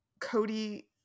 cody